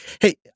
Hey